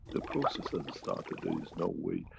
the process has started. there is no way.